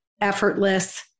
effortless